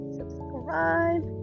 subscribe